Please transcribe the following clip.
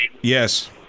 Yes